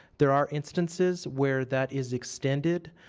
there are instances where that is extended,